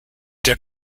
der